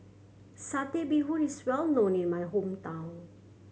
Satay Bee Hoon is well known in my hometown